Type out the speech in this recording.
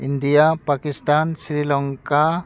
India Pakistan Sri Lanka